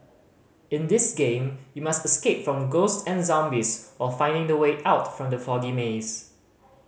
in this game you must escape from ghosts and zombies of finding the way out from the foggy maze